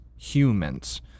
humans